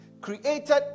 created